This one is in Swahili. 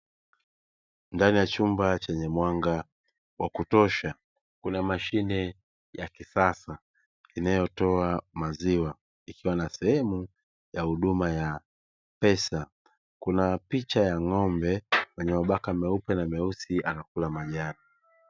Ndani ya chumba chenye mwanga wa kutosha, kuna mashine ya kisasa inayotoa maziwa, ikiwa na sehemu ya huduma ya pesa. Kuna picha ya ng'ombe mwenye mabaka meupe na meusi, anakula manyasi.